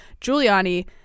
Giuliani